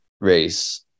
race